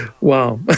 wow